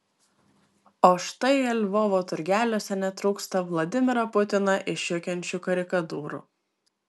o štai lvovo turgeliuose netrūksta vladimirą putiną išjuokiančių karikatūrų